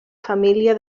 família